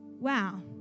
wow